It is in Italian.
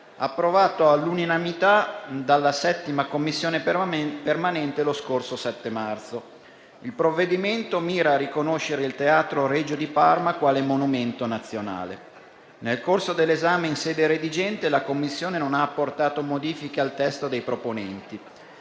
approvato all'unanimità dalla 7a Commissione permanente lo scorso 7 marzo. Il provvedimento mira a riconoscere il Teatro Regio di Parma quale monumento nazionale. Nel corso dell'esame in sede redigente, la Commissione non ha apportato modifiche al testo dei proponenti.